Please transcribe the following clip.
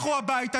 לכו הביתה.